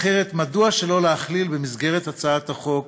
אחרת מדוע שלא להכליל במסגרת הצעת החוק